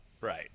Right